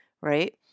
Right